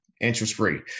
interest-free